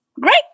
Great